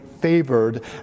favored